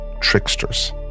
tricksters